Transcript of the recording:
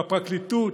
הפרקליטות,